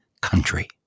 country